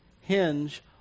Hinge